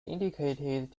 indicated